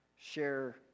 share